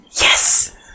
Yes